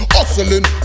Hustling